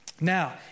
Now